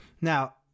Now